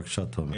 בבקשה, תומר.